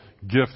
gift